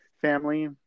family